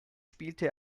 spielte